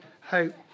hope